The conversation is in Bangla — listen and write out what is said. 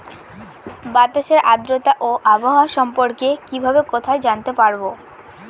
বাতাসের আর্দ্রতা ও আবহাওয়া সম্পর্কে কিভাবে কোথায় জানতে পারবো?